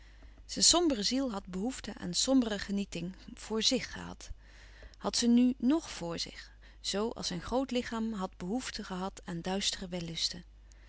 zijn sombere ziel had behoefte aan sombere genieting voor zich gehad had ze nu ng voor zich zoo als zijn groot lichaam had behoefte gehad aan duistere